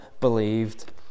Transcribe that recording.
believed